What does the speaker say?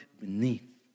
beneath